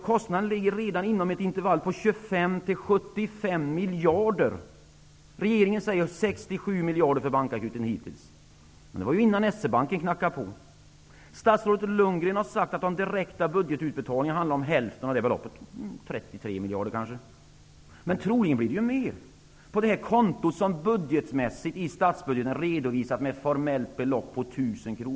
Kostnaden ligger redan inom ett intervall på 25 till 75 miljarder. Regeringen har sagt att kostnaden för bankakuten hittills är 67 miljarder. Men det var innan S-E-banken knackade på. Statsrådet Lundgren har sagt att de direkta budgetutbetalningarna uppgår till hälften av det beloppet -- 33 miljarder kanske. Troligen blir det mer -- på det konto i statsbudgeten som budgetmässigt redovisas med ett formellt belopp på 1 000 kr.